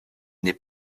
n’est